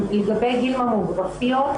לגבי גיל הממוגרפיות,